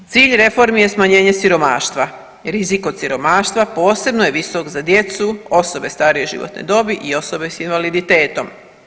Cilj reformi je smanjenje siromaštva, rizik od siromaštva posebno je visok za djecu, osobe starije životne dobi i osobe s invaliditetom.